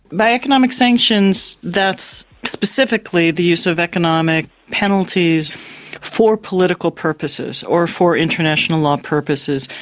by economic sanctions, that's specifically the use of economic penalties for political purposes or for international law purposes.